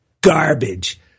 garbage